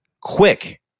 quick